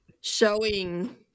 showing